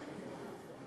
שנים.